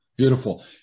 Beautiful